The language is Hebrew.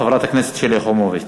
חברת הכנסת שלי יחימוביץ.